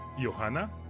Johanna